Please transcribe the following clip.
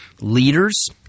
leaders